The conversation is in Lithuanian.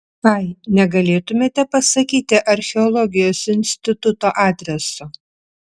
ai negalėtumėte pasakyti archeologijos instituto adreso